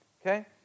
okay